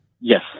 Yes